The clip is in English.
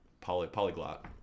polyglot